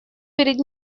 перед